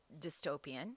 dystopian